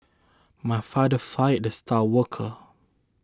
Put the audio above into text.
my father fired the star worker